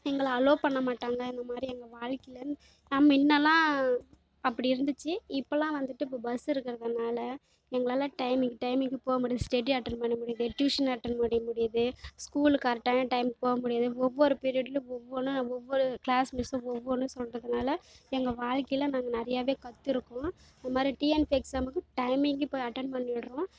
எங்களை அலோவ் பண்ணமாட்டாங்க இந்த மாதிரி எங்கள் வாழ்க்கையில் நான் முன்னலாம் அப்படி இருந்துச்சு இப்போலாம் வந்துட்டு இப்போ பஸ் இருக்கிறதுனால எங்களால் டைமிங் டைமிங்கு போக முடியுது ஸ்டெடி அட்டன் பண்ண முடியுது டியூசன் அட்டன் பண்ண முடியுது ஸ்கூலு கரெக்டான டைம்கு போக முடியுது ஒவ்வொரு பீரியட்லியும் ஒவ்வொன்னா ஒவ்வொரு கிளாஸ் மிஸ்ஸும் ஒவ்வொன்னு சொல்கிறதுனால எங்கள் வாழ்க்கையில் நாங்கள் நிறையாவே கற்றுருக்கோம் இது மாதிரி டிஎன்பிசி எக்சாமுக்கு டைமிங்கு போய் அட்டன் பண்ணிடுறோம்